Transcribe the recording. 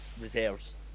reserves